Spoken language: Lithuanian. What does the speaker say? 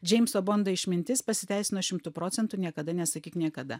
džeimso bondo išmintis pasiteisino šimtu procentų niekada nesakyk niekada